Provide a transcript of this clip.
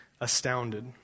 astounded